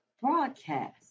Broadcast